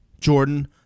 Jordan